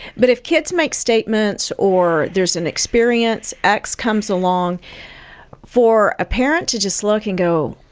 but if kids make statements or there's an experience, x comes along for a parent to just look and go,